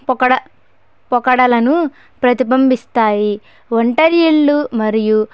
పొకడ పోకడలను ప్రతిబింబిస్తాయి ఒంటరి ఇళ్ళు మరియు